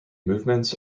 movements